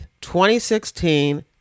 2016